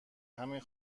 همین